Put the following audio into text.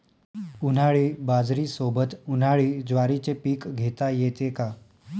उन्हाळी बाजरीसोबत, उन्हाळी ज्वारीचे पीक घेता येते का?